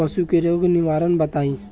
पशु रोग के निवारण बताई?